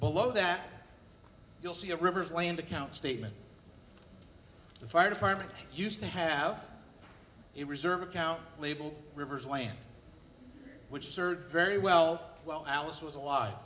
below that you'll see a rivers land account statement the fire department used to have a reserve account labeled rivers land which served very well well alice was a